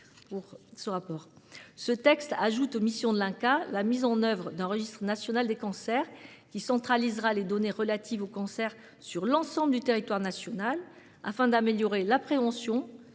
Ce texte ajoute aux missions de l'INCa la « mise en oeuvre d'un registre national des cancers », qui centralisera les données relatives aux cancers sur l'ensemble du territoire national, afin d'améliorer la prévention,